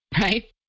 right